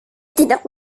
tidak